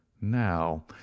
now